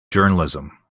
journalism